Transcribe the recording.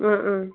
ആ ആ